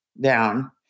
down